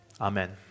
Amen